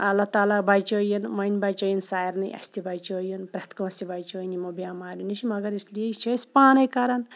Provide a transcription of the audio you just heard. اللہ تعالیٰ بَچٲیِن وۄنۍ بَچٲیِن سارنٕے اَسہِ تہِ بَچٲیِن پرٮ۪تھ کٲنٛسہِ بَچٲیِن یِمو بیٚماریٚو نِش مَگَر اِسلیے یہِ چھِ أسۍ پانےٚ کَران